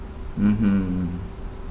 mmhmm